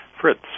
Fritz